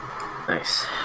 Nice